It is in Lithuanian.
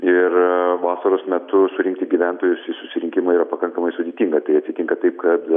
ir vasaros metu surinkti gyventojus į susirinkimą yra pakankamai sudėtinga tai atsitinka taip kad